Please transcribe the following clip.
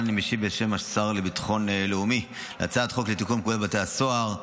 בשם השר לביטחון לאומי אני משיב על הצעת החוק לתיקון פקודת בתי הסוהר.